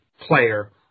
player